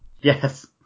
Yes